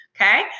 Okay